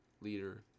liter